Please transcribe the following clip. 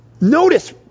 notice